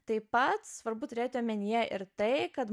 taip pat svarbu turėti omenyje ir tai kad